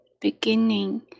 beginning